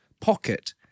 pocket